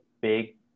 big